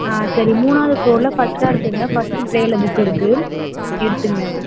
ஆ சரி மூணாவது ஃப்ளோரில் ஃபஸ்ட்டாக இருக்குதுங்க ஃபஸ்ட்டு ட்ரேயில் புக் இருக்குது எடுத்துகோங்க